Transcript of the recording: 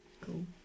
Cool